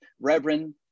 Reverend